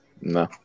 No